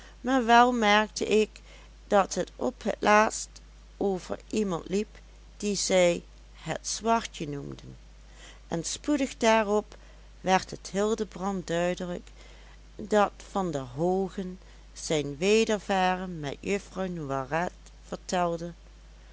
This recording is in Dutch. maar wel merkte ik dat het op het laatst over iemand liep die zij het zwartje noemden en spoedig daarop werd het hildebrand duidelijk dat van der hoogen zijn wedervaren met juffrouw noiret vertelde